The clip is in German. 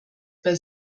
bei